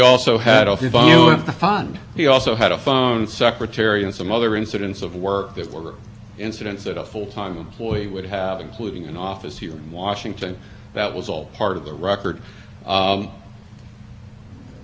employee would have including an office here in washington that was all part of the record if i might in the short time remaining let me make one other very important point because of the way the amendment work it